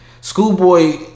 Schoolboy